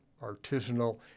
artisanal